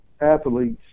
athletes